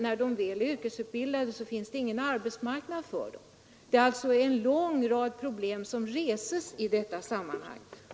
När de väl är yrkesutbildade finns det ingen arbetsmarknad för dem. Det är alltså en lång rad problem som reses i detta sammanhang.